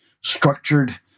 structured